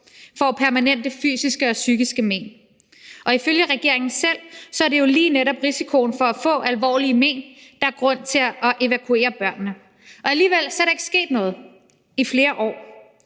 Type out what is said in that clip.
får permanente fysiske og psykiske men. Og ifølge regeringen selv er det jo lige netop risikoen for at få alvorlige men, der er grunden til at evakuere børnene. Alligevel er der ikke sket noget i flere år.